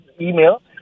email